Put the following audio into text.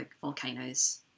volcanoes